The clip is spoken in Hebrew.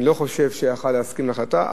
אני לא חושב שיכול להסכים להחלטה,